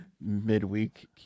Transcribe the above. midweek